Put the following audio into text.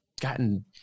gotten